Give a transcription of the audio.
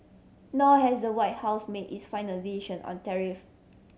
nor has the White House made its final decision on tariff